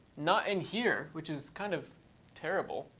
not in here, which is kind of terrible.